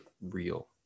real